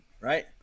right